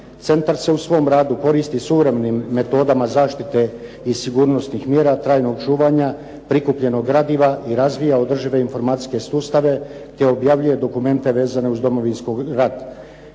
Centar se u svom radu koristi suvremenim metodama zaštite i sigurnosnih mjera trajnog čuvanja prikupljenog gradiva i razvija održive informacijske sustave te objavljuje dokumente vezane uz Domovinski rat.